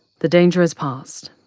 the danger is past.